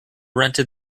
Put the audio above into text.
rented